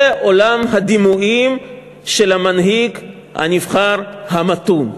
זה עולם הדימויים של המנהיג הנבחר המתון.